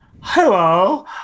Hello